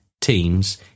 teams